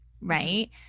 right